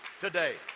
today